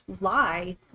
lie